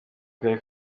karere